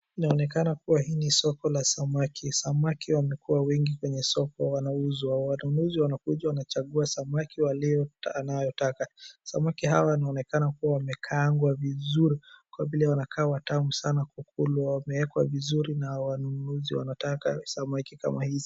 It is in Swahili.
Inaonekana kuwa hii ni soko la samaki. Samaki wamekuwa wengi kwenye soko wanaouzwa. Wanunuzi wanakuja wanachagua samaki anayotaka. Samaki hawa wanaonekana kuwa wamekaangwa vizuri kwa vile wanakaaa watamu sana kukulwa. Wameekwa vizuri na wanunuzi wanataka samaki kama hizi.